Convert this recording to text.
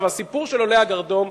הסיפור של עולי הגרדום,